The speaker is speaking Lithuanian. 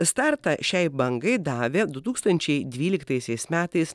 startą šiai bangai davė du tūkstančiai dvyliktaisiais metais